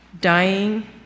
dying